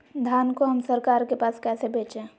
धान को हम सरकार के पास कैसे बेंचे?